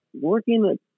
working